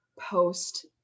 post